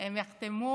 הם יחתמו.